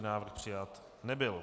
Návrh přijat nebyl.